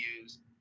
use